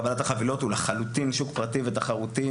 קבלת החבילות הוא לחלוטין שוק פרטי ותחרותי